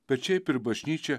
pečiai per bažnyčią